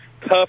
tough